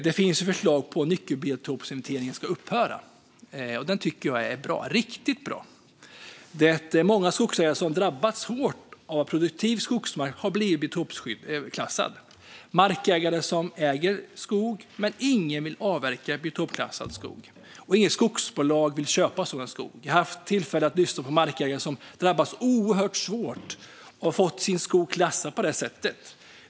Det finns förslag på att nyckelbiotopsinventeringen ska upphöra. Det tycker jag är bra - riktigt bra. Det är många skogsägare som har drabbats hårt av att produktiv skogsmark har blivit biotopklassad. Markägaren äger skog, men ingen vill avverka biotopklassad skog, och inget skogsbolag vill köpa sådan skog. Jag har haft tillfälle att lyssna på markägare som drabbats oerhört svårt av att få sin skog klassad på det sättet.